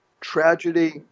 tragedy